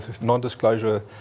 non-disclosure